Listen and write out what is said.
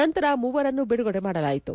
ನಂತರ ಮೂವರನ್ನು ಬಿಡುಗಡೆ ಮಾಡಲಾಯಿತು